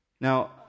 Now